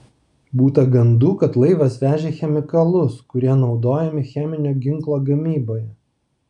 būta gandų kad laivas vežė chemikalus kurie naudojami cheminio ginklo gamyboje